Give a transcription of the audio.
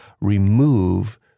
remove